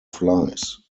flies